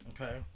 Okay